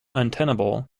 untenable